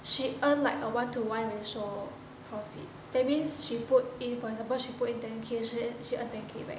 she earn like a one to one in shore profit that means she put it for example she put into ten K then she earn ten K back